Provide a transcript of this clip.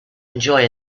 enjoy